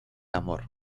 amor